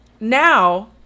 now